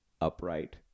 upright